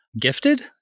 gifted